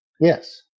Yes